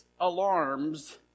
alarms